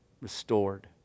restored